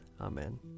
Amen